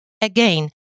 Again